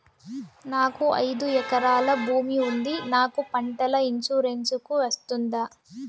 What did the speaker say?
నాకు ఐదు ఎకరాల భూమి ఉంది నాకు పంటల ఇన్సూరెన్సుకు వస్తుందా?